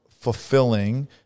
fulfilling